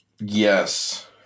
Yes